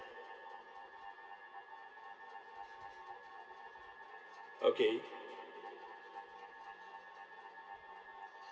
okay